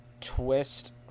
twist